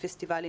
הפסטיבלים